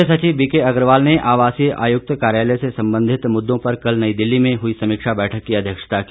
मुख्य सचिव बीके अग्रवाल ने आवासीय आयुक्त कार्यालय से संबंधित मुद्दों पर कल नई दिल्ली में हुई समीक्षा बैठक की अध्यक्षता की